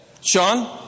sean